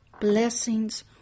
blessings